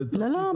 לא,